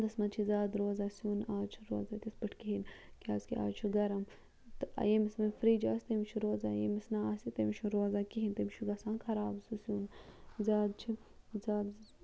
وَںدَس منٛز چھِ زیادٕ روزان سیُن اَز چھِ روزان تِتھ پٲٹھۍ کِہیٖنۍ کیٛازِکہِ اَز چھُ گرم تہٕ یٔمِس وۄنۍ فِرٛج آسہِ تٔمِس چھِ روزان یٔمِس نہٕ آسہِ تٔمِس چھِنہٕ روزان کِہیٗںی تٔمِس چھُ گژھان خراب سُہ سیُن زیادٕ چھِ زیادٕ